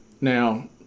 Now